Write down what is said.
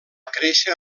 créixer